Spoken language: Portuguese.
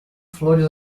flores